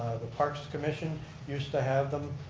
the parks commission used to have them,